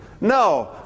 No